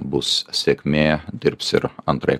bus sėkmė dirbs ir antroj